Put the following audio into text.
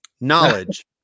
knowledge